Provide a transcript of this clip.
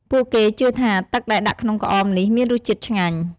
ពួកគេជឿថាទឹកដែលដាក់ក្នុងក្អមនេះមានរសជាតិឆ្ងាញ់។